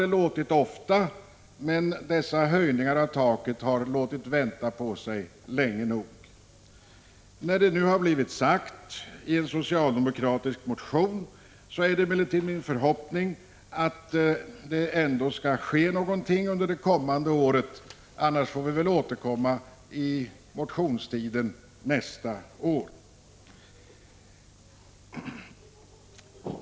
Det har sagts ofta, men dessa höjningar av taket har låtit vänta på sig länge nog. När det nu har blivit sagt i en socialdemokratisk motion, är det emellertid min förhoppning att det skall ske någonting under det kommande året — annars får vi återkomma vid motionstiden nästa år.